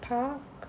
park